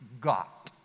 got